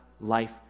life